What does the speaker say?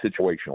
situational